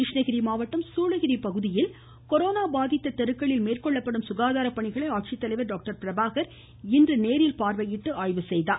கிருஷ்ணகிரி மாவட்டம் சூலகிரி பகுதிகளில் கொரோனா பாதித்த தெருக்களில் மேற்கொள்ளப்படும் சுகாதாரப்பணிகளை ஆட்சித்தலைவர் டாக்டர் பிரபாகர் இன்று நேரில் பார்வையிட்டு ஆய்வுசெய்தார்